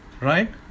right